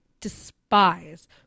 despise